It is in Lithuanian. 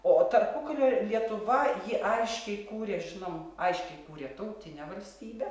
o tarpukalio lietuva ji aiškiai kūrė žinom aiškiai kūrė tautinę valstybę